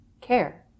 care